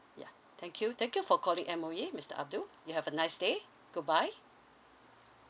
yeah thank you thank you for calling M_O_E mister abdul you have a nice day goodbye